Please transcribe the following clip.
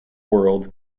world